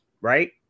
right